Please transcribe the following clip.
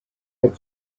had